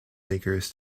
makers